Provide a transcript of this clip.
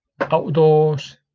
Outdoors